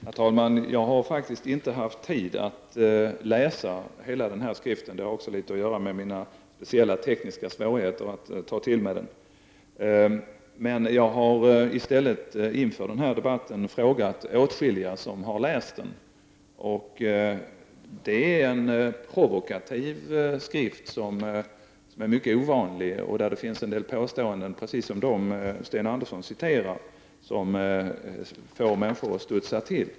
Herr talman! Jag har faktiskt inte haft tid att läsa hela den här skriften. Det har också litet att göra med mina speciella tekniska svårigheter att ta till mig detta. Men jag har i stället inför denna debatt frågat åtskilliga som har läst den. Det är en provokativ skrift som är mycket ovanlig. Där finns en del påståenden, precis som de Sten Andersson i Malmö citerade, påståenden som får människor att studsa till.